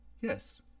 Yes